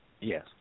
Yes